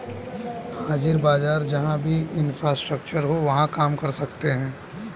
हाजिर बाजार जहां भी इंफ्रास्ट्रक्चर हो वहां काम कर सकते हैं